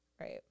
right